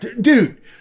dude